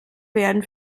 werden